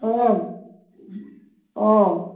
অঁ অঁ